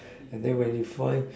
and then when you find